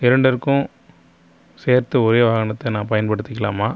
இரண்டிற்கும் சேர்த்து ஒரே வாகனத்தை நான் பயன்படுத்திக்கலாமா